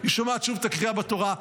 היא שומעת שוב את הקריאה בתורה,